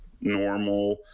normal